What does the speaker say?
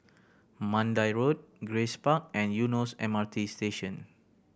Mandai Road Grace Park and Eunos M R T Station